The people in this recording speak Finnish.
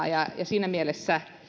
ja siinä mielessä